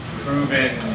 proven